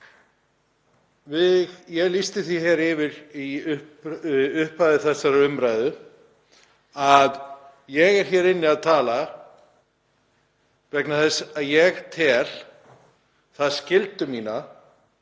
Ég lýsti því yfir í upphafi þessarar umræðu að ég er hér inni að tala vegna þess að ég tel það skyldu mína